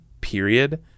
period